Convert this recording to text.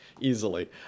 Easily